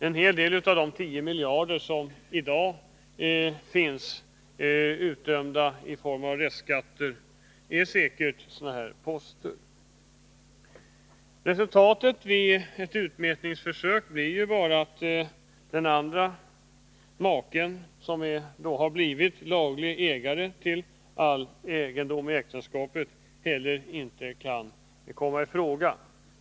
En hel del av de 10 miljarder som i dag är utdömda i form av restskatter är säkert sådana poster. Resultatet vid ett utmätningsförsök blir bara att utmätning hos den andre maken, som har blivit laglig ägare till all egendom i äktenskapet, inte kan komma i fråga.